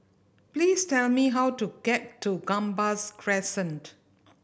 please tell me how to get to Gambas Crescent